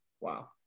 Wow